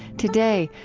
today,